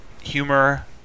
humor